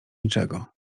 niczego